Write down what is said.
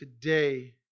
today